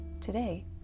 Today